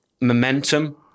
momentum